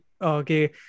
Okay